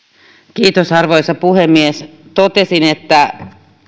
arvioi arvoisa puhemies totesin että